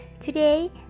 today